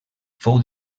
fou